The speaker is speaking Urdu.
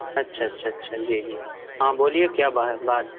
اچھا اچھا اچھا جی جی ہاں بولیے کیا باہر بات